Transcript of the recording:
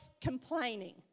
complaining